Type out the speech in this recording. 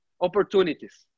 opportunities